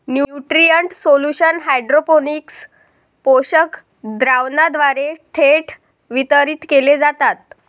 nutrient solution hydroponics पोषक द्रावणाद्वारे थेट वितरित केले जातात